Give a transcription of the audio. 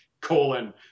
colon